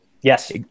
Yes